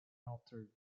altered